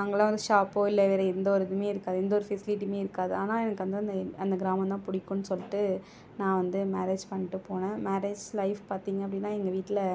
அங்கேல்லாம் வந்து ஷாப்போ இல்லை வேறஎந்த ஒரு இதுவுமே இருக்காது எந்த ஒரு ஃபெசிலிட்டியுமே இருக்காது ஆனால் எனக்கு வந்து அந்த ஒரு கிராமந்தான் பிடிக்கும்ன்னு சொல்லிட்டு நான் வந்து மேரேஜ் பண்ணிட்டு போனேன் மேரேஜ் லைப் பார்த்திங்க அப்படினா எங்கள் வீட்டில்